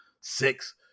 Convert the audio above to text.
six